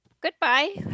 goodbye